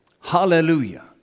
Hallelujah